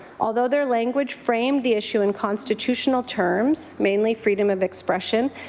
although their language framed the issue in constitutional terms, mainly freedom of expression,